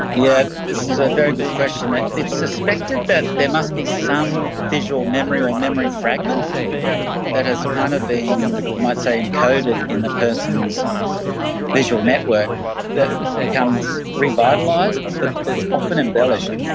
yeah, this is a very good question. it's suspected that there must be some visual memory or memory fragment that has kind of been, you might say, encoded in the person's visual network that becomes revitalised but that's often embellished.